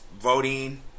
voting